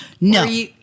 No